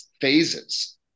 phases